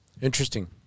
Interesting